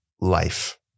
life